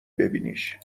ببینیش